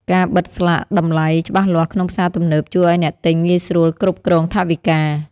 ការបិទស្លាកតម្លៃច្បាស់លាស់ក្នុងផ្សារទំនើបជួយឱ្យអ្នកទិញងាយស្រួលគ្រប់គ្រងថវិកា។